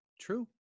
True